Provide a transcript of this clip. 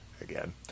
again